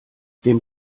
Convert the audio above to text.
dem